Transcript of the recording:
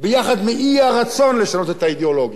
יחד עם האי-רצון לשנות את האידיאולוגיה.